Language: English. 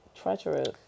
Treacherous